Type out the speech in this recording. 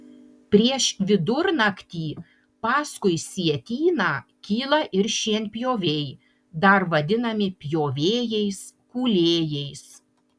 prieš vidurnaktį paskui sietyną kyla ir šienpjoviai dar vadinami pjovėjais kūlėjais